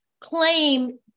claim